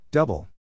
Double